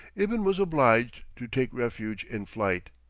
ibn was obliged to take refuge in flight.